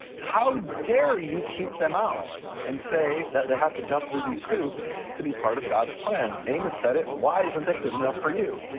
how dare you keep them out and say that they have to jump through these hoops to be part of god's plan. amos said it, why isn't that good enough for you?